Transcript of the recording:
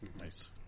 Nice